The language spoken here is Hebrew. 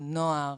נוער,